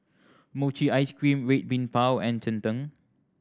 mochi ice cream Red Bean Bao and cheng tng